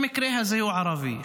במקרה הזה ערבי,